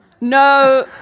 no